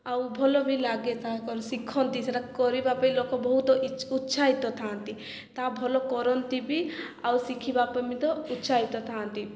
ଆଉ ଭଲ ବି ଲାଗେ ତ ଶିଖନ୍ତି ସେଟା କରିବା ପାଇଁ ଲୋକ ବହୁତ ଉତ୍ସାହିତ ଥାଆନ୍ତି ତାହା ଭଲ କରନ୍ତି ବି ଆଉ ଶିଖିବା ପାଇଁ ବି ତ ଉତ୍ସାହିତ ଥାଆନ୍ତି